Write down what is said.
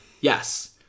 yes